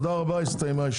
תודה רבה, הסתיימה הוועדה.